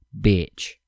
Bitch